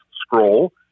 scroll